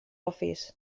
office